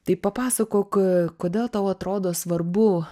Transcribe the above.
tai papasakok kodėl tau atrodo svarbu